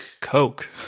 coke